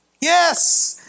Yes